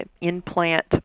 implant